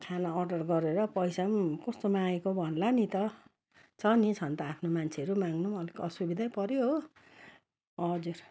खाना अर्डर गरेर पैसा कस्तो मागेको भन्ला नि त छ नि छन् त आफ्नो मान्छेहरू माग्नु अलिक असुविधा पऱ्यो हो हजुर